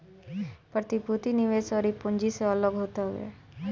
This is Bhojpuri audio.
प्रतिभूति निवेश अउरी पूँजी से अलग होत हवे